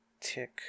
tick